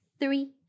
three